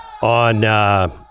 on